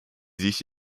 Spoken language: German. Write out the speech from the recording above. sich